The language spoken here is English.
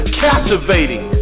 captivating